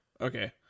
Okay